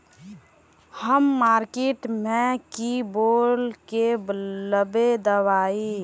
हम मार्किट में की बोल के लेबे दवाई?